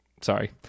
sorry